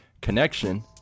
connection